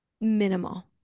minimal